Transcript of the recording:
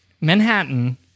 Manhattan